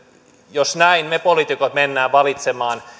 jos näin me poliitikot menemme valitsemaan